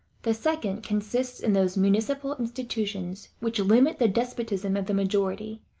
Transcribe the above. the second consists in those municipal institutions which limit the despotism of the majority,